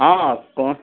हँ कोन